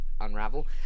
unravel